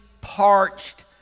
parched